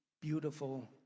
beautiful